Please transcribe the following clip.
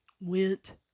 went